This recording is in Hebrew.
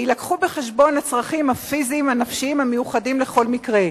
ויובאו בחשבון הצרכים הפיזיים והנפשיים המיוחדים לכל מקרה.